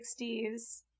60s